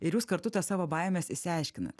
ir jūs kartu tas savo baimes išsiaiškinat